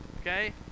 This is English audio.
Okay